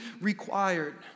required